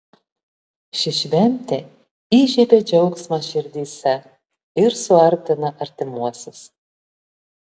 ši šventė įžiebia džiaugsmą širdyse ir suartina artimuosius